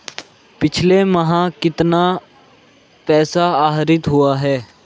पिछले माह कितना पैसा आहरित हुआ है?